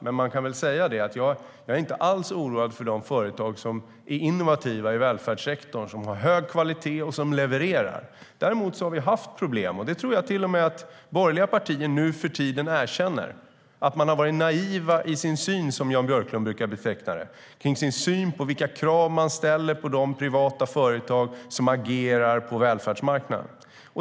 Men jag kan säga att jag inte alls är oroad för de företag som är innovativa i välfärdssektorn, som har hög kvalitet och som levererar. Däremot har det varit problem med - och det tror jag att borgerliga partier nu för tiden erkänner - en naiv syn, som Jan Björklund brukar beteckna det, på vilka krav som ställs på de privata företag som agerar på välfärdsmarknaden.